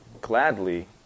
gladly